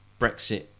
Brexit